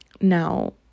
Now